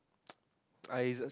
uh it's a